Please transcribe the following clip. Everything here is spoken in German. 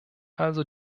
also